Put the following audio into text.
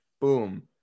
Boom